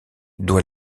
doit